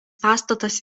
pastatas